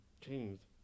changed